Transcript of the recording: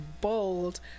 bold